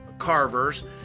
carvers